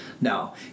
No